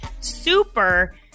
super